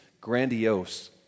grandiose